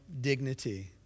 dignity